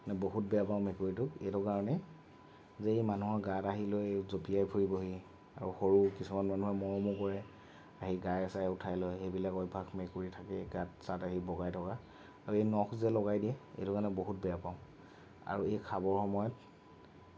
মানে বহুত বেয়া পাওঁ মেকুৰীটো এইটো কাৰণেই যে সি মানুহৰ গাত আহিলৈ জঁপিয়াই ফুৰিবহি আৰু সৰু কিছুমান মানুহে মৰমো কৰে আহি গায়ে চায়ে উঠাই লয় সেইবিলাক অভ্য়াস মেকুৰীৰ থাকেই গাত চাত আহি বগাই থকা সেই নখ যে লগাই দিয়ে এইটো কাৰণে বহুত বেয়া পাওঁ আৰু এই খাবৰ সময়ত